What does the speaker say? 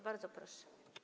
Bardzo proszę.